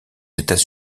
états